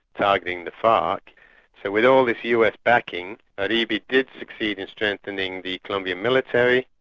targeting the farc. so with all this us backing, ah uribe did succeed in strengthening the colombian military,